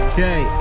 day